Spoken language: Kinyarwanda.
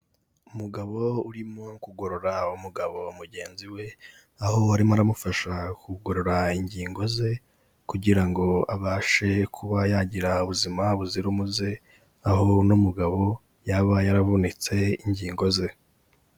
Umugabo urimo kugorora umugabo mugenzi we, aho arimo aramufasha kugorora ingingo ze kugira ngo abashe kuba yagira ubuzima buzira umuze, aho uno mugabo yaba yaravunitse ingingo ze.